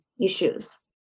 issues